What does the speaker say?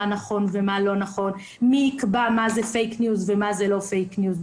מי יקבע מה זה פייק ניוז ומה זה לא פייק ניוז.